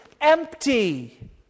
empty